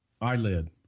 eyelid